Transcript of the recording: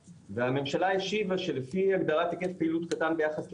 והממשלה השיבה שלפי הגדרת היקף פעילות קטן ביחס לבנקים,